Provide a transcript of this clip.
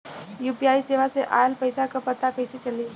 UPI सेवा से ऑयल पैसा क पता कइसे चली?